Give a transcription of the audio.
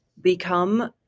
become